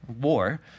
war